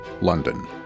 London